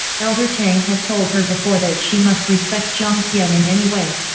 elder tang had told her before that she must respect jiang tian in any way,